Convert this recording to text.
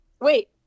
wait